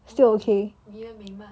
okay 女的美吗